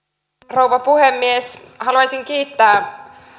rouva puhemies haluaisin kiittää